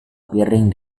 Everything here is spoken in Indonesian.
piring